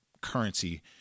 currency